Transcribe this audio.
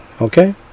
okay